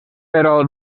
però